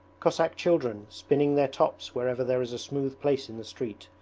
cossack children, spinning their tops wherever there is a smooth place in the street,